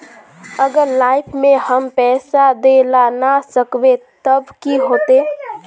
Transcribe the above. अगर लाइफ में हम पैसा दे ला ना सकबे तब की होते?